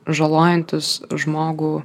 žalojantis žmogų